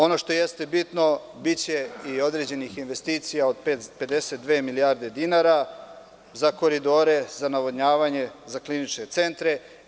Ono što jeste bitno biće i određenih investicija od 52 milijarde dinara za koridore, za navodnjavanje, za kliničke centre.